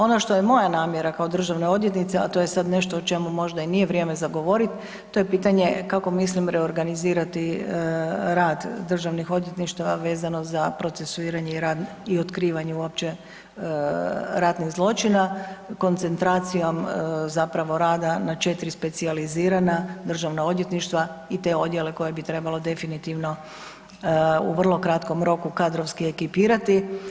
Ono što je moja namjera kao državna odvjetnica, a to je sad možda nešto o čemu možda i nije vrijeme za govoriti, to je pitanje kako mislim reorganizirati rad državnih odvjetništava vezano za procesuiranje i rad i otkrivanje uopće ratnih zločina, koncentracijom zapravo rada na 4 specijalizirana državna odvjetništva i te odjele koje bi trebalo definitivno u vrlo kratkom roku kadrovski ekipirati.